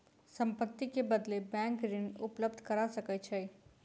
संपत्ति के बदले बैंक ऋण उपलब्ध करा सकै छै